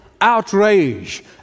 outrage